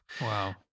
Wow